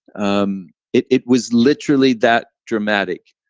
um it it was literally that dramatic,